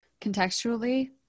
Contextually